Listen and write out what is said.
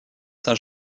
saint